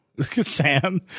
Sam